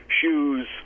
shoes